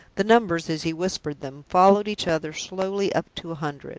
the numbers, as he whispered them, followed each other slowly up to a hundred,